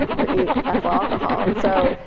or eat ethyl alcohol. and so,